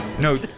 No